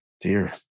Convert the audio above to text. Dear